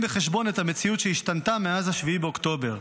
בחשבון את המציאות שהשתנתה מאז 7 באוקטובר,